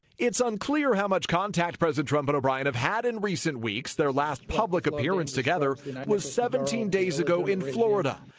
it's unclear how much contact president trump and but o'brian have had in recent weeks. their last public appearance together was seventeen days ago in florida.